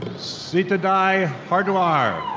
seetadai harduar.